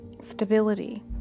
stability